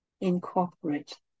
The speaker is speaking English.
incorporate